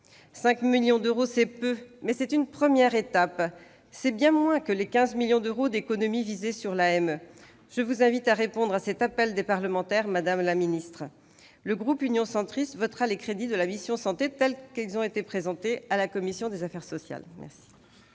mais elle constitue une première étape. C'est bien moins que les 15 millions d'euros d'économies demandées à l'AME. Je vous invite à répondre à cet appel des parlementaires, madame la secrétaire d'État. Le groupe Union Centriste votera les crédits de la mission « Santé », tels qu'ils ont été présentés à la commission des affaires sociales.